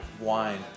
wine